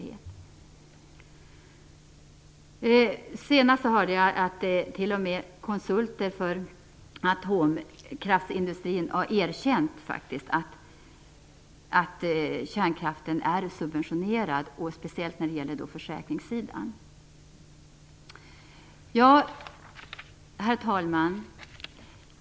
Nu senast hörde jag att t.o.m. konsulter för atomkraftsindustrin faktiskt har erkänt att kärnkraften är subventionerad, speciellt när det gäller försäkringssidan. Herr talman!